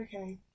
okay